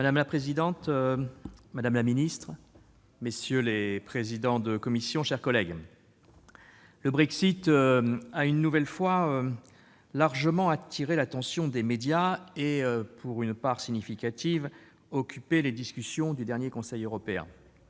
Madame la présidente, madame la secrétaire d'État, messieurs les présidents de commission, mes chers collègues, le Brexit a, une nouvelle fois, largement attiré l'attention des médias et occupé une part significative des discussions du dernier Conseil européen.